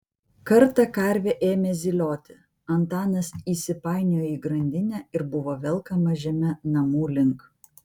kartą karvė ėmė zylioti antanas įsipainiojo į grandinę ir buvo velkamas žeme namų link